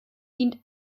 dient